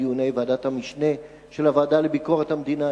דיוני ועדת המשנה של הוועדה לביקורת המדינה,